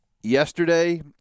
yesterday